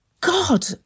God